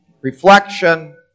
reflection